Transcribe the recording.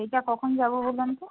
এইটা কখন যাব বলুন তো